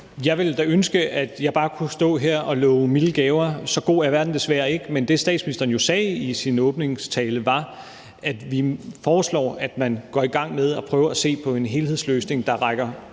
Jeg ville da ønske, at jeg bare kunne stå her og love milde gaver, men så god er verden desværre ikke. Men det, statsministeren jo sagde i sin åbningstale, var, at vi foreslår, at man går i gang med at prøve at se på en helhedsløsning, der rækker